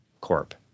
Corp